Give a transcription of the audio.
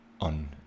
on